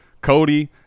Cody